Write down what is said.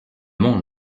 monde